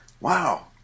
wow